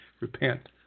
Repent